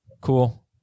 Cool